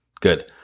Good